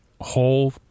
whole